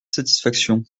satisfaction